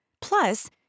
Plus